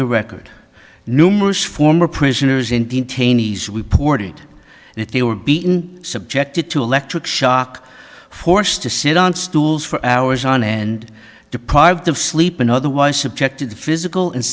the record numerous former prisoners in detainees reported that they were beaten subjected to electric shock forced to sit on stools for hours on end and deprived of sleep another was subjected to physical and